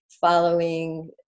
following